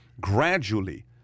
Gradually